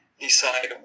decide